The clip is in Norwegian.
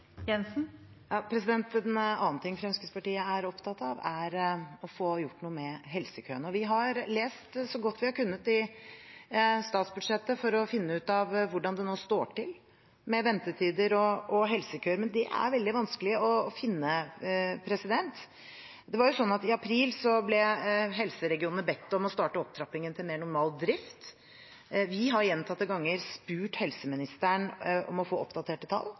Jensen – til oppfølgingsspørsmål. En annen ting Fremskrittspartiet er opptatt av, er å få gjort noe med helsekøene. Vi har lest så godt vi har kunnet i statsbudsjettet for å finne ut av hvordan det nå står til med ventetider og helsekøer, men det er veldig vanskelig å finne. I april ble helseregionene bedt om å starte opptrappingen til mer normal drift. Vi har gjentatte ganger spurt helseministeren om å få oppdaterte tall,